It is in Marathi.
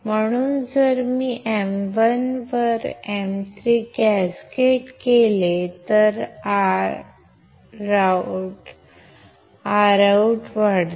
म्हणून जर मी M1 वर M3 कॅस्केड केले तर ROUT वाढते